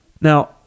Now